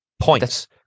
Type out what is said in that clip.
points